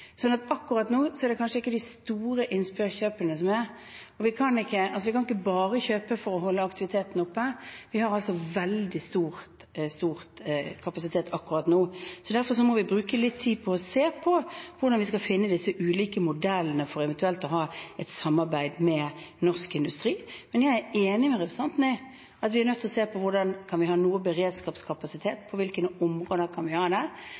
akkurat nå er det kanskje ikke snakk om de store innkjøpene, for vi kan ikke bare kjøpe for å holde aktiviteten oppe. Vi har altså veldig stor kapasitet akkurat nå, så derfor må vi bruke litt tid på å se på hvordan vi skal finne disse ulike modellene for eventuelt å ha et samarbeid med norsk industri. Men jeg er enig med representanten i at vi er nødt til å se på hvordan vi kan ha noe beredskapskapasitet, og på hvilke områder vi kan ha det.